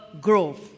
growth